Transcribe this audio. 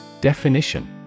Definition